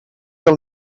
del